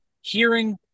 hearing